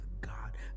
God